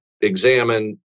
examine